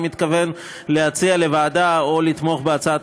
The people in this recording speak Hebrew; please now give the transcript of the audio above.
אני מתכוון להציע לוועדה או לתמוך בהצעת